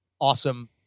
awesome